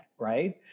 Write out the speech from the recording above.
Right